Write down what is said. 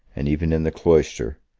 and even in the cloister,